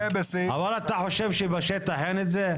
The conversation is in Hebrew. אבל אתה חושב שבשטח אין את זה?